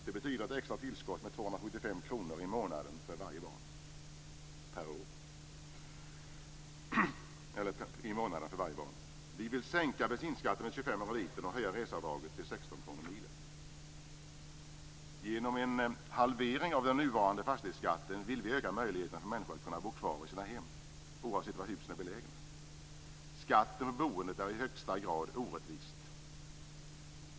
Det betyder ett extra tillskott med 275 kr i månaden för varje barn. Vi vill sänka bensinskatten med 25 öre per liter och höja reseavdraget till 16 kr per mil. Genom en halvering av den nuvarande fastighetsskatten vill vi öka möjligheten för människor att bo kvar i sitt hem, oavsett var husen är belägna. Skatten för boendet är i högsta grad orättvis.